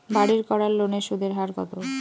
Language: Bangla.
বাড়ির করার লোনের সুদের হার কত?